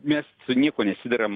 mes su niekuo nesideram